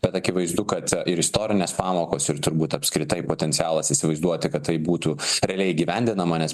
tad akivaizdu kad ir istorinės pamokos ir turbūt apskritai potencialas įsivaizduoti kad tai būtų realiai įgyvendinama nes